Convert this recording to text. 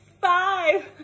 five